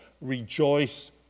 rejoice